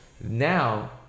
Now